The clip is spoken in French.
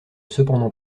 cependant